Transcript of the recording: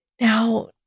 Now